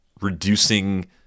reducing